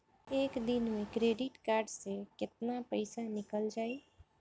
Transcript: एक दिन मे क्रेडिट कार्ड से कितना पैसा निकल जाई?